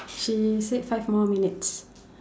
she said five more minutes